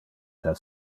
del